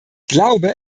glaube